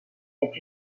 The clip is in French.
est